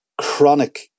chronic